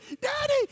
Daddy